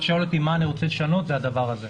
אתה שואל אותי מה אני רוצה לשנות את הדבר הזה.